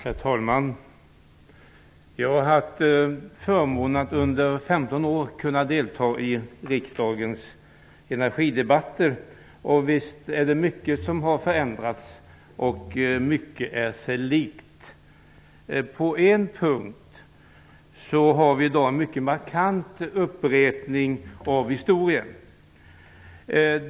Herr talman! Jag har under 15 år haft förmånen att kunna delta i riksdagens energidebatter. Visst har mycket förändrats, men mycket är sig likt. På en punkt har vi i dag en mycket markant upprepning av historien.